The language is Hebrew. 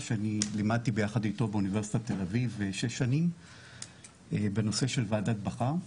שלימדתי יחד איתו באוניברסיטת ת"א שש שנים בנושא של וועדת בכר.